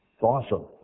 awesome